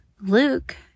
Luke